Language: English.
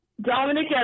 Dominic